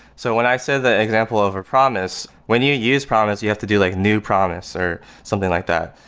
so when i said that example of a promise, when you use promise you have to do like new promise, or something like that.